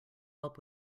help